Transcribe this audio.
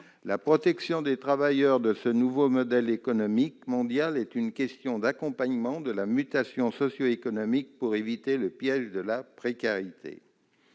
la protection des travailleurs de ce nouveau modèle économique mondial est une question d'accompagnement de la mutation socioéconomique pour éviter le piège de la précarité.